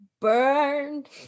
Burned